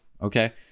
Okay